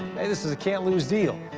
hey, this is a can't-lose deal.